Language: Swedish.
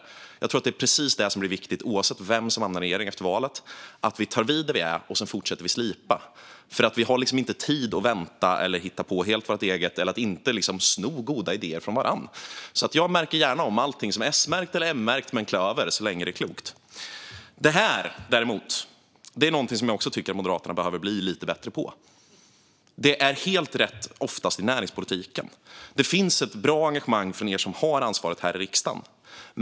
Jag tror att det är precis det som blir viktigt oavsett vem som hamnar i regering efter valet - att vi tar vid där vi är och att vi sedan fortsätter att slipa. Vi har inte tid att vänta eller att hitta på något helt eget eller att inte sno goda idéer från varandra. Jag märker gärna om allting som är S-märkt eller M-märkt med en klöver så länge det är klokt. Det finns däremot något som jag tycker att Moderaterna behöver bli lite bättre på. Det är oftast helt rätt i näringspolitiken. Det finns ett bra engagemang hos er som har ansvaret här i riksdagen.